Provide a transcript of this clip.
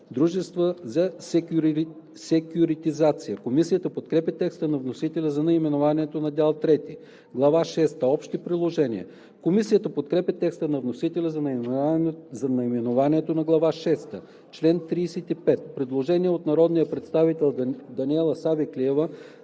Дружества за секюритизация“. Комисията подкрепя текста на вносителя за наименованието на Дял трети. „Глава шеста – Общи положения“. Комисията подкрепя текста на вносителя за наименованието на Глава шеста. По чл. 35 има предложение от народния представител Даниела Савеклиева,